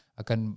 akan